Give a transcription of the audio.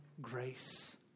grace